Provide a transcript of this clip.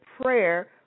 prayer